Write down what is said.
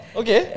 okay